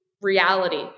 reality